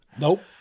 nope